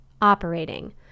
operating